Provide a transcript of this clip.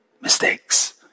mistakes